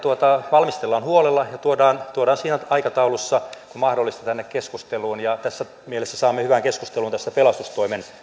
valmistellaan huolella ja tuodaan tuodaan siinä aikataulussa kuin mahdollista tänne keskusteluun ja tässä mielessä saamme hyvän keskustelun tässä pelastustoimen